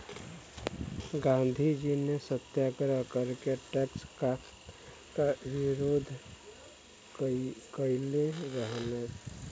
गांधीजी ने सत्याग्रह करके टैक्स क विरोध कइले रहलन